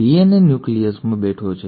DNA ન્યુક્લિયસમાં બેઠો છે